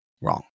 wrong